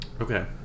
okay